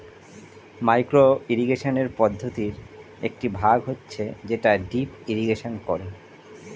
micro irrigation পদ্ধতির একটি ভাগ হচ্ছে যেটা ড্রিপ ইরিগেশন করে